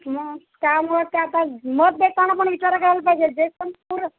मग त्यामुळं ते आता मत देताना पण विचार करायला पाहिजे जे पण पूर